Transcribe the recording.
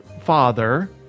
father